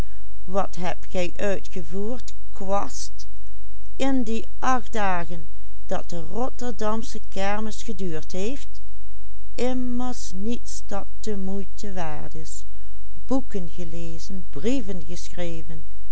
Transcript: dagen dat de rotterdamsche kermis geduurd heeft immers niets dat de moeite waard is boeken gelezen brieven geschreven